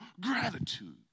gratitude